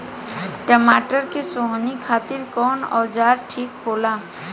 टमाटर के सोहनी खातिर कौन औजार ठीक होला?